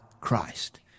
Christ